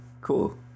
Cool